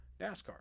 NASCAR